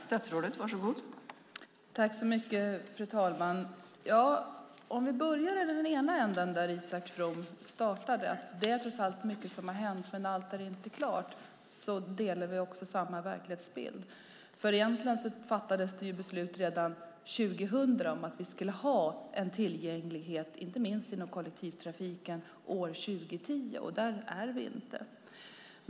Fru talman! Jag ska börja i den ända där Isak From startade. Det är trots allt mycket som har hänt, men allt är inte klart. Då har vi samma verklighetsbild. Egentligen fattades det beslut redan 2000 om att vi skulle ha en tillgänglighet, inte minst inom kollektivtrafiken, år 2010. Där är vi inte.